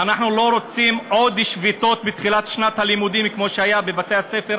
אנחנו לא רוצים עוד שביתות בתחילת שנת הלימודים כמו שהיה בבתי-הספר